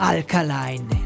Alkaline